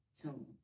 tune